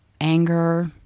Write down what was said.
anger